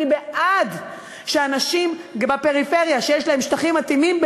אני בעד שאנשים בפריפריה שיש להם שטחים מתאימים,